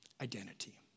Identity